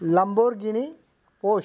Lamborghini Porsche